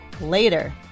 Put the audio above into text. later